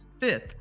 fifth